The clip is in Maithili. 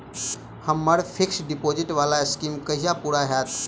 हम्मर फिक्स्ड डिपोजिट वला स्कीम कहिया पूरा हैत?